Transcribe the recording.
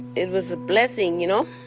it was a blessing. you know,